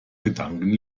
gedanken